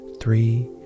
three